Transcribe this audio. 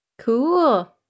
Cool